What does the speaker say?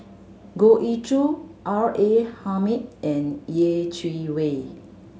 Goh Ee Choo R A Hamid and Yeh Chi Wei